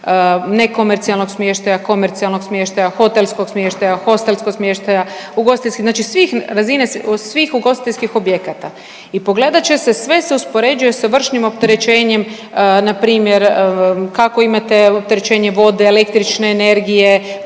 nekomercijalnog smještaja, komercijalnog smještaja, hotelskog smještaja, hostelskog smještaja, ugostiteljskih, znači svih razine, razine svih ugostiteljskih objekata i pogledat će se, sve se uspoređuje sa vršnim opterećenjem npr. kako imate opterećenje vode, električne energije,